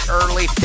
early